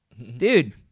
Dude